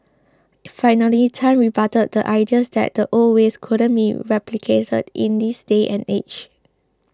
finally Tan rebutted the ideas that the old ways couldn't be replicated in this day and age